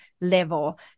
level